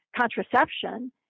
contraception